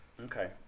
Okay